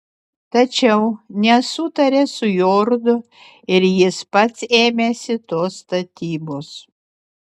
tačiau nesutarė su jorudu ir jis pats ėmėsi tos statybos